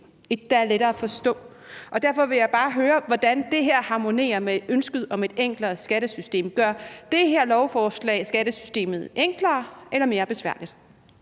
der er lettere at forstå, og derfor vil jeg bare høre, hvordan det her harmonerer med ønsket om et enklere skattesystem. Gør det her lovforslag skattesystemet enklere eller mere besværligt?